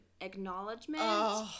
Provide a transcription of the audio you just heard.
acknowledgement